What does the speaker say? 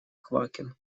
квакин